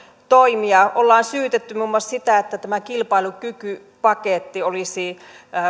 toimia on syytetty muun muassa siitä että tämä kilpailukykypaketti olisi